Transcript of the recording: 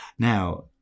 Now